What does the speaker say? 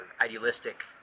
idealistic